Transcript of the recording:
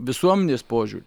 visuomenės požiūrį